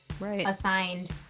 assigned